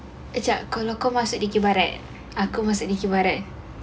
kejap kalau kau masih dikir barat aku masih dikir barat